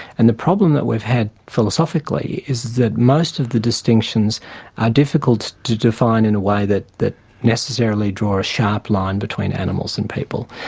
and the problem that we've had philosophically is that most of the distinctions are difficult to define in a way that that necessarily draw a sharp line between animals and people.